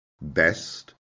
Best